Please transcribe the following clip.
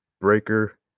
Breaker